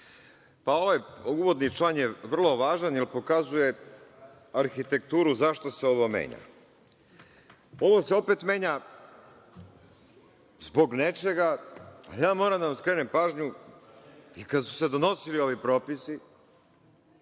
Ovaj uvodni član je vrlo važan, jer pokazuje arhitekturu zašto se ovo menja. Ovo se opet menja zbog nečega, a ja moram da vam skrenem pažnju i kad su se donosili ovi propisi